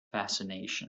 fascination